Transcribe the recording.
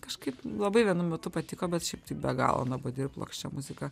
kažkaip labai vienu metu patiko bet šiaip tai be galo nuobodi ir plokščia muzika